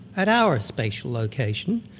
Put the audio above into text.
at our spatial location,